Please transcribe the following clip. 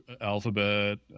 Alphabet